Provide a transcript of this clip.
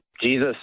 Jesus